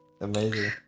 amazing